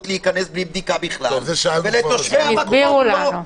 כמובן המלון עצמו לצורך הלינה,